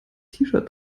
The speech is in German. shirt